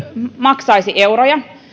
maksaisi euroja